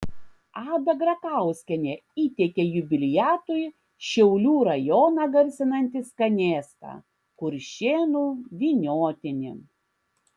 ada grakauskienė įteikė jubiliatui šiaulių rajoną garsinantį skanėstą kuršėnų vyniotinį